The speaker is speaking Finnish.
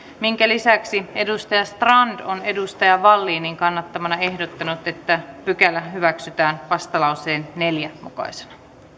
lisäksi joakim strand on stefan wallinin kannattamana ehdottanut että pykälä hyväksytään vastalauseen neljänä mukaisena